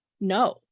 No